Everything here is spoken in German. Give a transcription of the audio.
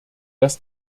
dass